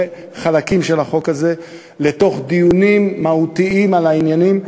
חלקים של החוק הזה לתוך דיונים מהותיים על העניינים,